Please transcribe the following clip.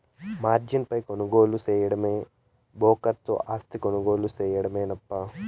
margin పై కొనుగోలు సేయడమంటే బ్రోకర్ తో ఆస్తిని కొనుగోలు సేయడమేనప్పా